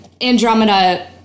Andromeda